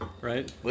right